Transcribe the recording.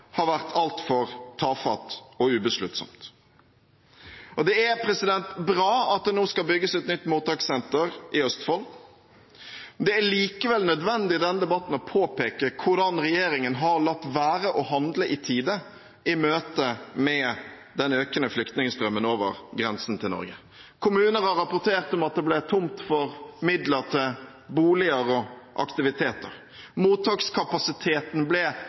har vært altfor tafatt og ubesluttsomt. Det er bra at det nå skal bygges et nytt mottakssenter i Østfold. Det er likevel nødvendig i denne debatten å påpeke hvordan regjeringen har latt være å handle i tide i møte med den økende flyktningstrømmen over grensen til Norge. Kommuner har rapportert om at det ble tomt for midler til boliger og aktiviteter. Mottakskapasiteten ble